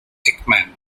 ekman